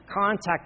contact